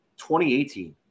2018